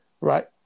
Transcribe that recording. Right